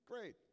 Great